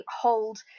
hold